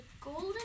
golden